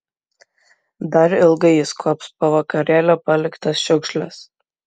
dar ilgai jis kuops po vakarėlio paliktas šiukšles